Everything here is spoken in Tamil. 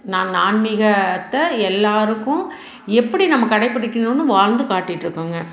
நான் ஆன்மீகத்தை எல்லாருக்கும் எப்படி நம்ம கடைபிடிக்கணும்னு வாழ்ந்து காட்டிட்டு இருக்கேங்க